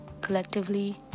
collectively